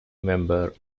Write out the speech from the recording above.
member